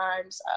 times